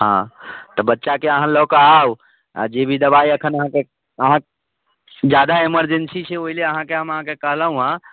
हँ तऽ बच्चाके अहाँ लऽ कऽ आउ आओर जे भी दबाइ एखन अहाँके अहाँ जादा एमेरजेंसी छै ओइ लए अहाँके हम अहाँके कहलहुँ हँ